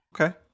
Okay